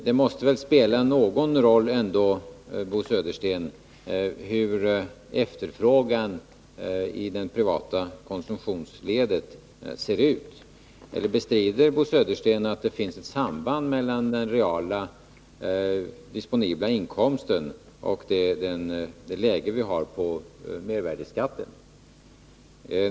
Det måste väl ändå spela någon roll, Bo Södersten, hur efterfrågan i det privata konsumtionsledet ser ut. Eller bestrider Bo Södersten att det finns ett samband mellan den reala, disponibla inkomsten och den nivå vi har på mervärdeskatten?